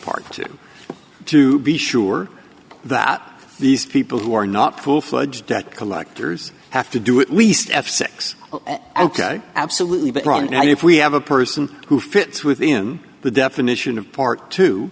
part to be sure that these people who are not full fledged debt collectors have to do at least f six ok absolutely but right now if we have a person who fits within the definition of part t